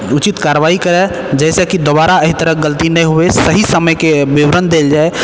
उचित कारवाइ करै जाहिसँ कि दोबारा एहि तरहक गलती नहि होइ दुबारा सही समयके विवरण देल जाइ